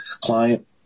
client